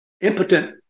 impotent